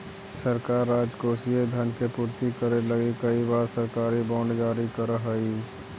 सरकार राजकोषीय धन के पूर्ति करे लगी कई बार सरकारी बॉन्ड जारी करऽ हई